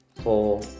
four